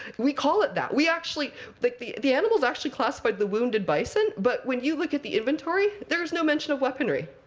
we call it that. we actually like the the animal is actually classified the wounded bison, but when you look at the inventory, there's no mention of weaponry.